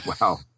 Wow